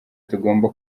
tugomba